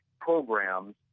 programs